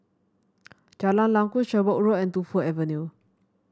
Jalan Lakum Sherwood Road and Tu Fu Avenue